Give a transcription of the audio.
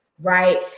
Right